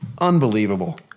Unbelievable